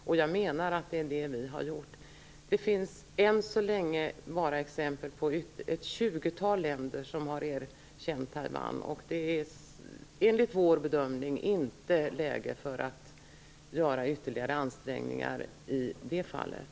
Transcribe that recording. Det har vi gjort. Det finns än så länge bara ett tjugotal länder som har erkänt Taiwan, och det är enligt vår bedömning inte läge att göra ytterligare ansträngningar i det fallet.